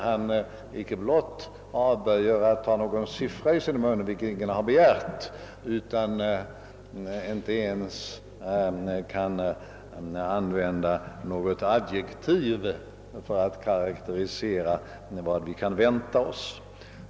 Han icke blott avböjer att ta någon siffra i sin mun — vilket ingen har begärt — utan han undviker att ens använda något adjek tiv för att karaktärisera vad vi kan vänta oss.